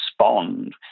respond